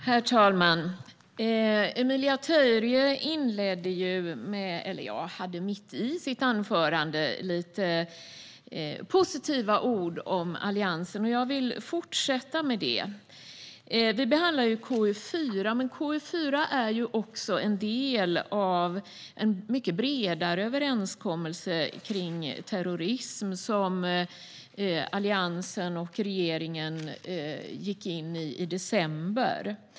Herr talman! Emilia Töyrä sa i sitt anförande några positiva ord om Alliansen. Jag vill fortsätta med det. Vi behandlar KU4, som är en del av en mycket bredare överenskommelse när det gäller terrorism som Alliansen och regeringen gick in i i december.